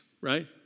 right